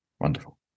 Wonderful